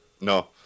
No